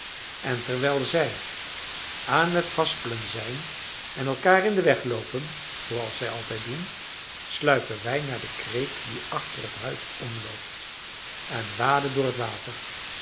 en terwijl zij aan het haspelen zijn en elkaar in den weg loopen zooals zij altijd doen sluipen wij naar de kreek die achter het huis omloopt en waden door het water